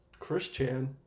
Chris-Chan